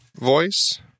voice